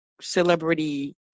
celebrity